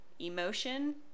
emotion